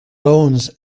loans